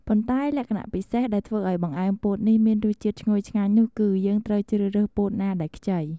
ប៉ុន្តែ លក្ខណៈពិសេសដែលធ្វើឱ្យបង្អែមពោតនេះមានរសជាតិឈ្ងុយឆ្ងាញ់នោះគឺ យើងត្រូវជ្រើសរើសពោតណាដែលខ្ចី។